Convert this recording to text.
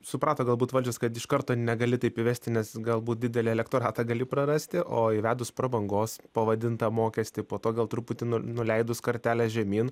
suprato galbūt valdžios kad iš karto negali taip įvesti nes galbūt didelį elektoratą gali prarasti o įvedus prabangos pavadintą mokestį po to gal truputį nuleidus kartelę žemyn